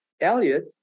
Elliot